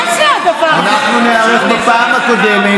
אנחנו ניערך בפעם הבאה.